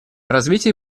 развитие